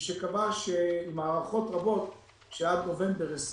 ושקבע לגבי מערכות רבות, שעד נובמבר 21